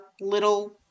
little